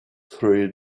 three